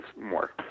more